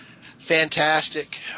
fantastic